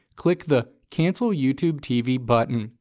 click the cancel youtube tv button.